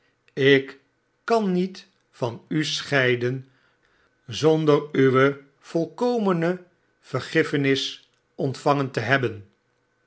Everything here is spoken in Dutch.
ik kan niet van u scheiden zonder uwe volkomene vergiffenis ontvangen te hebben